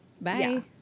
Bye